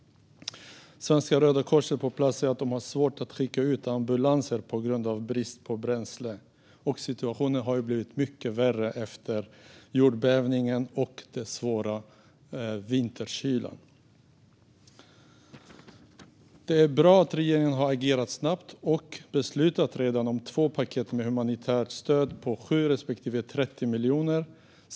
Svenska Röda Korset på plats säger att det är svårt att skicka ut ambulanser på grund av brist på bränsle. Situationen har blivit mycket värre efter jordbävningen och med den svåra vinterkylan. Det är bra att regeringen har agerat snabbt och redan beslutat om två paket med humanitärt stöd på 7 respektive 30 miljoner.